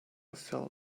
feel